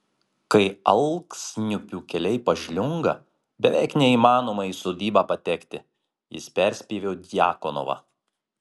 kai alksniupių keliai pažliunga beveik neįmanoma į sodybą patekti jis perspėjo djakonovą